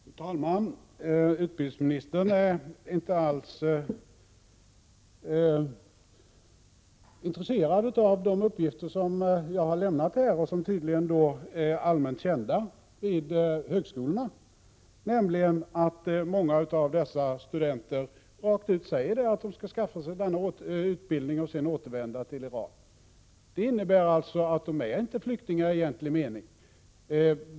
Fru talman! Utbildningsministern är inte alls intresserad av de uppgifter som jag har lämnat här och som tydligen är allmänt kända vid högskolorna, nämligen att många av dessa studenter rent ut säger att de skall skaffa sig den här utbildningen och sedan återvända till Iran. Det innebär att de inte är flyktingar i egentlig mening.